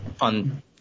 On